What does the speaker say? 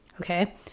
okay